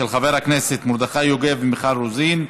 של חברי הכנסת מרדכי יוגב ומיכל רוזין.